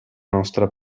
nostra